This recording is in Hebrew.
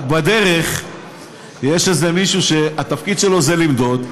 רק בדרך יש איזה מישהו שהתפקיד שלו זה למדוד,